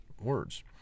words